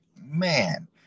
man